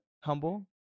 humble